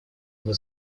его